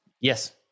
Yes